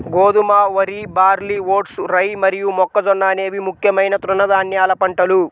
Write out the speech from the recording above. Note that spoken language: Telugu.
గోధుమ, వరి, బార్లీ, వోట్స్, రై మరియు మొక్కజొన్న అనేవి ముఖ్యమైన తృణధాన్యాల పంటలు